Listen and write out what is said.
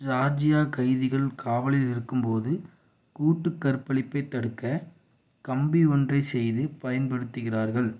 Georgia கைதிகள் காவலில் இருக்கும்போது கூட்டுக் கற்பழிப்பைத் தடுக்க கம்பி ஒன்றைச் செய்து பயன்படுத்துகிறார்கள்